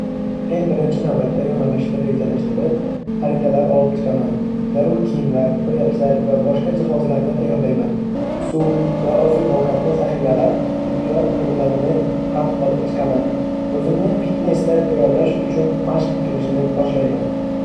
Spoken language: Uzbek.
Men birinchi navbatda yo'nalishni rejalashtirib, xaritalar olib chiqaman. Zarur kiyimlar, poyabzal va boshqa jihozlarni tayyorlayman. Suv va oziq-ovqatni zaxiralab, tibbiyot to'plamini ham olib chiqaman. O'zimni fitnesda tayyorlash uchun mashq qilishni boshlayman.